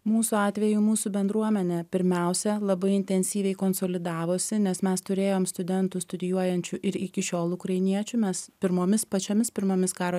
mūsų atveju mūsų bendruomenė pirmiausia labai intensyviai konsolidavosi nes mes turėjom studentų studijuojančių ir iki šiol ukrainiečių mes pirmomis pačiomis pirmomis karo